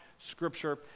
scripture